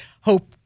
hope